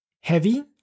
heavy